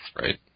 right